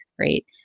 right